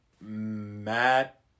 Matt